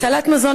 הצלת מזון,